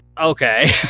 Okay